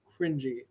cringy